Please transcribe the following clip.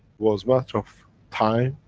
was matter of time,